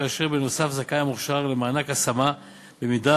כאשר בנוסף זכאי המוכשר למענק השמה במידה